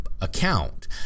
account